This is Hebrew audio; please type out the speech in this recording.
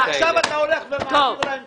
עכשיו אתה הולך ומעביר להם כסף.